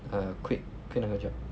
err quit quit 那个 job